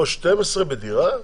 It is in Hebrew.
פה 12 בדירה?